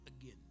again